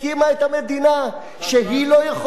שהיא לא יכולה לתמוך בחוק השבות?